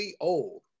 old